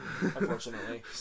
unfortunately